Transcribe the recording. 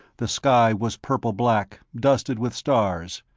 the sky was purple-black, dusted with stars,